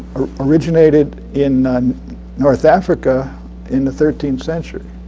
originated in north africa in the thirteenth century.